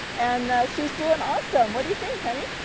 and she's doing awesome. what do you think honey?